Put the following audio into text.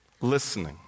Listening